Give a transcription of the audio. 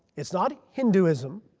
it's not hinduism.